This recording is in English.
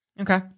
Okay